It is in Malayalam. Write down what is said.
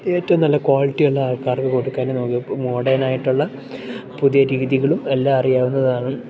ഏറ്റവും നല്ല ക്വാളിറ്റി ഉള്ള ആൾക്കാർക്ക് കൊടുക്കാനും നോക്കും മോഡേണായിട്ടുള്ള പുതിയ രീതികളും എല്ലാം അറിയാവുന്നതാണ്